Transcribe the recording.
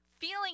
feeling